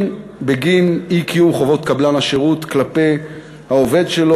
בגין אי-קיום חובות קבלן השירות כלפי העובד שלו.